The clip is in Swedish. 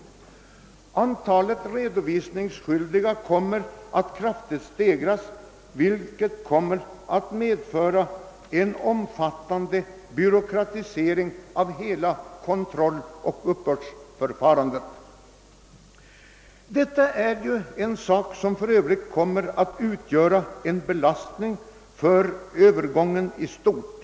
Antalet redovisningsskyldiga kommer att öka kraftigt, vilket kommer att medföra en omfattande byråkratisering av hela kontrolloch uppbördsförfarandet. Detta kommer för övrigt att utgöra en belastning för Övergången i stort.